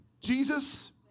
Jesus